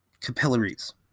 capillaries